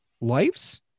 lives